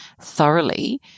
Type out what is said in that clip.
thoroughly